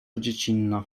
dziecinna